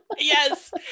Yes